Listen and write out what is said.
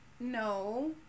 No